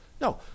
No